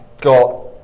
Got